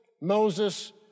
Moses